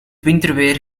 winterweer